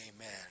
Amen